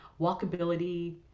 walkability